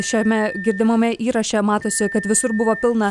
šiame girdimame įraše matosi kad visur buvo pilna